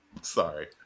Sorry